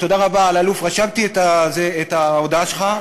תודה רבה, חבר הכנסת אלאלוף, רשמתי את ההודעה שלך.